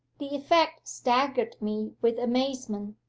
the effect staggered me with amazement.